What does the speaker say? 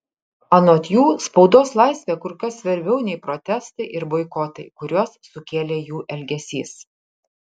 anot jų spaudos laisvė kur kas svarbiau nei protestai ir boikotai kuriuos sukėlė jų elgesys